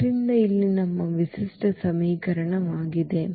ಆದ್ದರಿಂದ ಇಲ್ಲಿ ನಮ್ಮ ವಿಶಿಷ್ಟ ಸಮೀಕರಣವಾಗಿದೆ